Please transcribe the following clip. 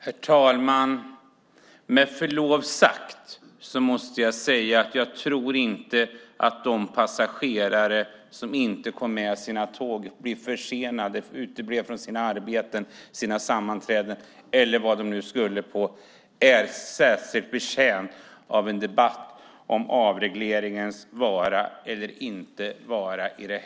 Herr talman! Med förlov sagt: Jag tror inte att de passagerare som inte kommit med sina tåg och som uteblivit från sina arbeten och från sammanträden - eller vad de nu skulle till - i det här läget är särskilt betjänta av en debatt om avregleringens vara eller inte vara.